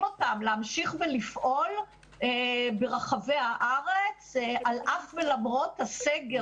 אותם להמשיך לפעול ברחבי הארץ על אף ולמרות הסגר.